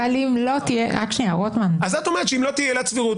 אבל אם לא תהיה --- את אומרת שאם לא תהיה עילת סבירות